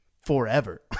forever